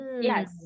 yes